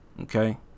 okay